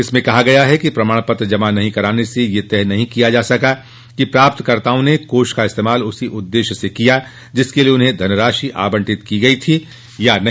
इसमें कहा गया है कि प्रमाणपत्र जमा नहीं कराने से यह तय नहीं किया जा सका कि प्राप्तकर्ताओं ने कोष का इस्तेमाल उसी उद्देश्य में किया जिसके लिए उन्हें धनराशि आवंटित की गई थी अथवा नहीं